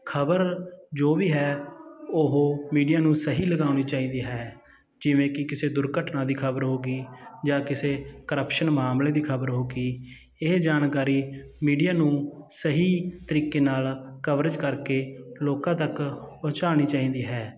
ਖ਼ਬਰ ਜੋ ਵੀ ਹੈ ਉਹ ਮੀਡੀਆ ਨੂੰ ਸਹੀ ਲਗਾਉਣੀ ਚਾਹੀਦੀ ਹੈ ਜਿਵੇਂ ਕਿ ਕਿਸੇ ਦੁਰਘਟਨਾ ਦੀ ਖ਼ਬਰ ਹੋ ਗਈ ਜਾਂ ਕਿਸੇ ਕਰਪਸ਼ਨ ਮਾਮਲੇ ਦੀ ਖ਼ਬਰ ਹੋ ਗਈ ਇਹ ਜਾਣਕਾਰੀ ਮੀਡੀਆ ਨੂੰ ਸਹੀ ਤਰੀਕੇ ਨਾਲ ਕਵਰੇਜ ਕਰਕੇ ਲੋਕਾਂ ਤੱਕ ਪਹੁੰਚਾਉਣੀ ਚਾਹੀਦੀ ਹੈ